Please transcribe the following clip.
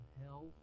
hell